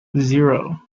zero